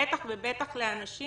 בטח ובטח לאנשים